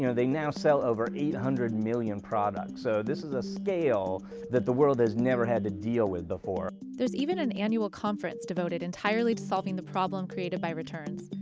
you know they now sell over eight hundred million products. so this is a scale that the world has never had to deal with before. there's even an annual conference devoted entirely to solving the problem created by returns,